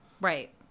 Right